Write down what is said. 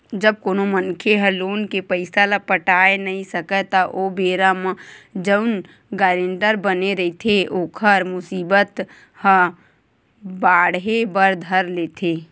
जब कोनो मनखे ह लोन के पइसा ल पटाय नइ सकय त ओ बेरा म जउन गारेंटर बने रहिथे ओखर मुसीबत ह बाड़हे बर धर लेथे